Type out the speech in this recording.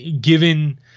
given –